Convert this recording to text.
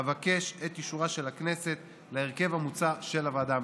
אבקש את אישורה של הכנסת להרכב המוצע של הוועדה המסדרת.